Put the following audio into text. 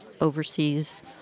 overseas